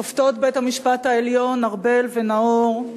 שופטות בית-המשפט העליון ארבל ונאור,